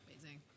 Amazing